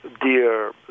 dear